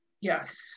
Yes